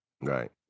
Right